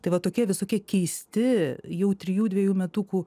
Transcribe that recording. tai va tokie visokie keisti jau trijų dviejų metukų